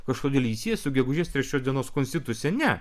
kažkodėl jį sieja su gegužės trečios dienos konstitucija ne